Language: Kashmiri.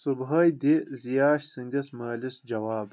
صبحٲے دِ زِیاش سٕنٛدِس مٲلِس جواب